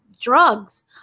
drugs